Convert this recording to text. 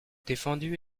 défendu